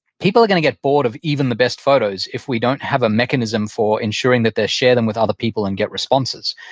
people are going to get bored of even the best photos if we don't have a mechanism for ensuring that they'll share them with other people and get responses,